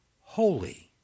holy